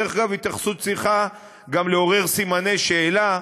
דרך אגב, ההתייחסות צריכה גם לעורר סימני שאלה,